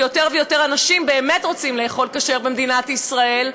ויותר ויותר אנשים באמת רוצים לאכול כשר במדינת ישראל,